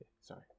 sorry